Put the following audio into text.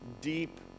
deep